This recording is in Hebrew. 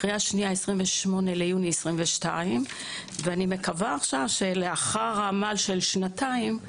ועברה קריאה ראשונה ב-28 ביוני 2022. אני מקווה שלאחר עמל של שנתיים,